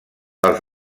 els